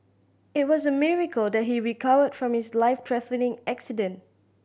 it was a miracle that he recovered from his life threatening accident